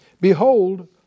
Behold